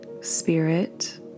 spirit